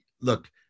Look